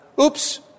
oops